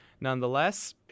nonetheless